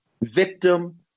victim